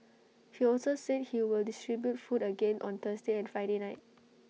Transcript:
he also said he will distribute food again on Thursday and Friday night